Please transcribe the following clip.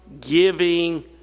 giving